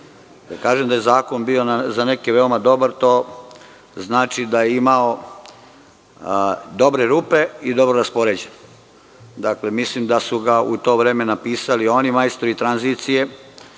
kažem da ja zakon za neke bio veoma dobar to znači da je imao dobre rupe i dobro raspoređene. Dakle, mislim da su ga u to vreme napisali oni majstori tranzicije